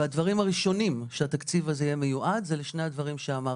והדברים הראשונים שהתקציב הזה יהיה מיועד זה לשני הדברים שאמרתי: